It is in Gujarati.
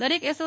દરેક એસો